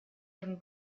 euren